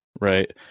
Right